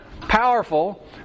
powerful